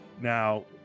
Now